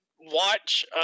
watch